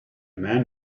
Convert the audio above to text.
man